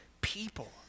people